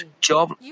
Job